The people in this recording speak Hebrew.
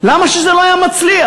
למה זה לא היה מצליח?